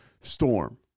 storm